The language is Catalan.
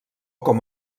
com